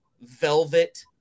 velvet